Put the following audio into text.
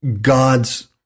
God's